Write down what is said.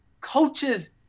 Coaches